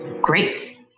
Great